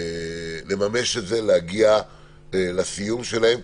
לממש את זה, להגיע לסיום שלהן.